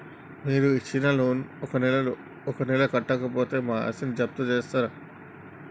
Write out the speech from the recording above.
మీరు ఇచ్చిన లోన్ ను ఒక నెల కట్టకపోతే మా ఆస్తిని జప్తు చేస్తరా?